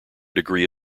degree